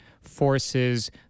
forces